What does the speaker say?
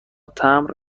تمبر